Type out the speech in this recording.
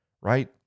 right